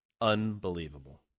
Unbelievable